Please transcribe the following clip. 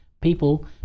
people